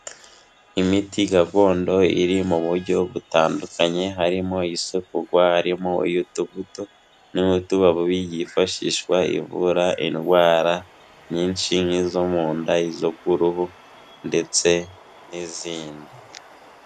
Imiti gakondo iri mu buryo butandukanye harimo isekurwa, harimo iy'utubuto n'iy'utubabi yifashishwa ivura indwara nyinshi nk'izo mu nda, izo ku ruhu ndetse n'izindi.